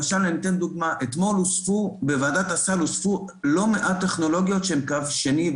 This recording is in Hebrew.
אני אתן דוגמה: אתמול בוועדת הסל הוספו לא מעט טכנולוגיות שהן קו שני,